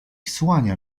słania